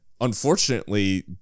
unfortunately